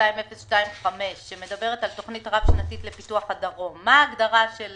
2025 שמדברת על תוכנית רב-שנתית לפיתוח הדרום מה ההגדרה של